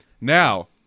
Now